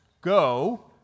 go